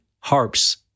harps